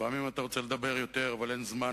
לפעמים אתה רוצה לדבר יותר ואין זמן,